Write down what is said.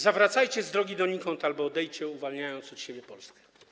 Zawracajcie z drogi donikąd albo odejdźcie, uwalniając od siebie Polskę.